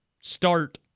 start